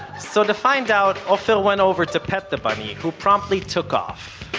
so to find out, ofer went over to pet the bunny, who promptly took off